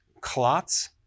clots